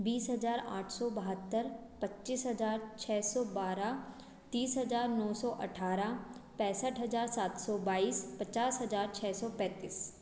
बीस हज़ार आठ सौ बहत्तर पच्चीस हज़ार छ सौ बारह तीस हज़ार नौ सौ अट्ठारह पैंसठ हज़ार सात सौ बाईस पचास हज़ार छ सौ पैंतीस